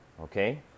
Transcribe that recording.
okay